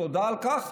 תודה על כך.